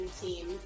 team